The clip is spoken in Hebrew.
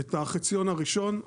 את החציון הראשון,